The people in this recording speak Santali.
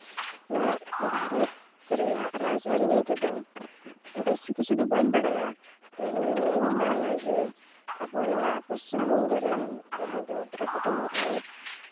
ᱱᱚᱣᱟ ᱵᱷᱟᱨᱚᱛ ᱨᱮᱭᱟᱜ ᱨᱟᱡᱽᱟᱹᱨᱤ ᱱᱤᱭᱮ ᱛᱮᱫᱚ ᱵᱮᱥᱤ ᱠᱤᱪᱷᱩ ᱫᱚ ᱵᱟᱹᱧ ᱵᱟᱲᱟᱭᱟ ᱛᱚᱵᱮ ᱱᱤᱭᱟᱹᱜᱤᱧ ᱵᱟᱲᱟᱭᱟ ᱡᱮ ᱟᱵᱚ ᱱᱚᱣᱟ ᱯᱚᱪᱷᱤᱢ ᱵᱚᱝᱜᱚ ᱨᱮᱱ ᱡᱟᱦᱟᱸᱭ ᱫᱚ ᱫᱨᱳᱣᱯᱚᱫᱤ ᱢᱩᱨᱢᱩ